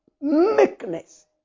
meekness